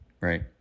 right